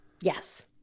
Yes